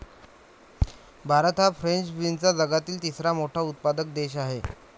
भारत हा फ्रेंच बीन्सचा जगातील तिसरा सर्वात मोठा उत्पादक देश आहे